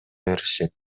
беришет